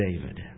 David